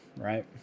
right